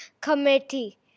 Committee